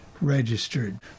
registered